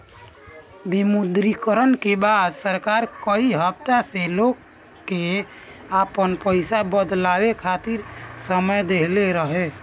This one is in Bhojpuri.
विमुद्रीकरण के बाद सरकार कई हफ्ता ले लोग के आपन पईसा बदलवावे खातिर समय देहले रहे